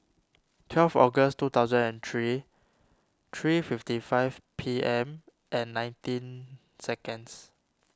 twelve August two thousand and three three fifty five P M and nineteen seconds